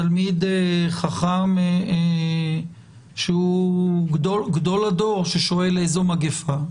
תלמיד חכם שהוא גדול הדור ששואל איזו מגפה.